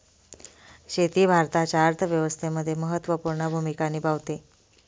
शेती भारताच्या अर्थव्यवस्थेमध्ये महत्त्वपूर्ण भूमिका निभावते